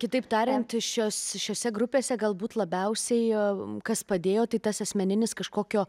kitaip tariant šios šiose grupėse galbūt labiausiai kas padėjo tai tas asmeninis kažkokio